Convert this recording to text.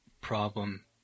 problem